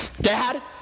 Dad